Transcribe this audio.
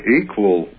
equal